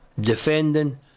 Defending